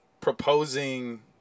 proposing